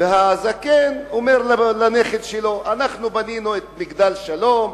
והזקן אומר לנכד שלנו: אנחנו בנינו את "מגדל שלום",